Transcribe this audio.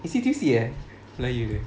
institusi ah melayu eh